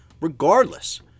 regardless